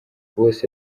bose